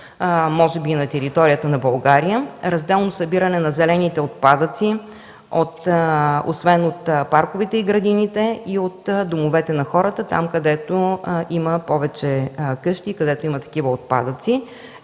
може би на територията на България – разделно събиране на зелените отпадъци освен от парковете и градините, и от домовете на хората, където има повече къщи и такива отпадъци.